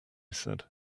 said